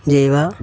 ജൈവ